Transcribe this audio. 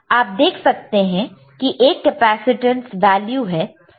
आप देख सकते हैं कि एक कैपेसिटेंस वैल्यू है